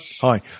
hi